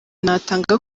natanga